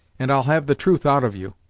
and i'll have the truth out of you